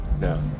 no